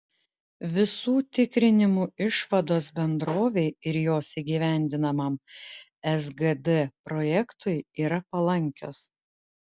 visų tikrinimų išvados bendrovei ir jos įgyvendinamam sgd projektui yra palankios